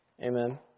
Amen